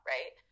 Right